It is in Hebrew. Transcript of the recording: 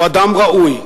הוא אדם ראוי,